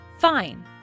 Fine